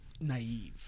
naive